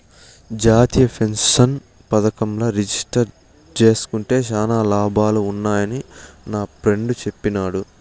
జాతీయ పెన్సన్ పదకంల రిజిస్టర్ జేస్కుంటే శానా లాభాలు వున్నాయని నాఫ్రెండ్ చెప్పిన్నాడు